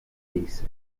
dice